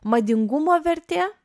madingumo vertė